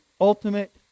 ultimate